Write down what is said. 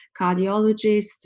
cardiologists